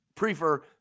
Prefer